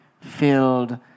filled